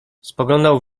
spoglądał